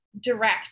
Direct